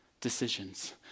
decisions